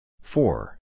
Four